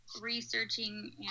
researching